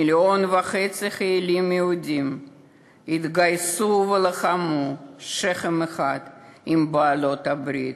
מיליון וחצי חיילים יהודים התגייסו ולחמו שכם אחד עם בעלות-הברית,